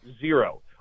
Zero